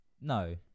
No